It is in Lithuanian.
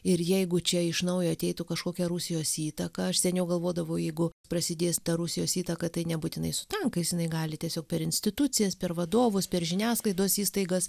ir jeigu čia iš naujo ateitų kažkokia rusijos įtaka aš seniau galvodavau jeigu prasidės ta rusijos įtaka tai nebūtinai su tankais jinai gali tiesiog per institucijas per vadovus per žiniasklaidos įstaigas